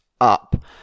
up